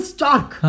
Stark